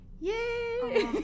yay